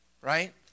right